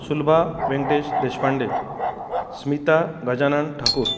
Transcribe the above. Sulabha Venkatesh Deshpande Smita Gajanan Thakur